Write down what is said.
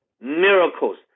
miracles